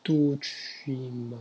two three month